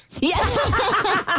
Yes